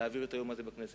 להעביר את היום הזה בכנסת.